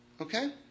Okay